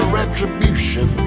retribution